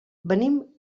venim